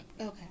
Okay